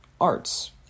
arts